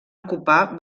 ocupar